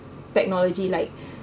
technology like